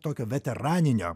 tokio veteraninio